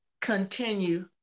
continue